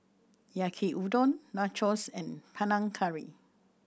Yaki Udon Nachos and Panang Curry